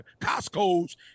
Costco's